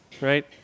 right